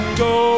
go